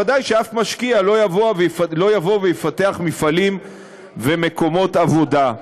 ודאי שאף משקיע לא יבוא ויפתח מפעלים ומקומות עבודה.